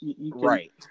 right